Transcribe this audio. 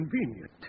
convenient